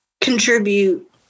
contribute